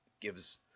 gives